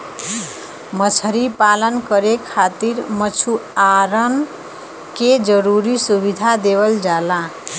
मछरी पालन करे खातिर मछुआरन के जरुरी सुविधा देवल जाला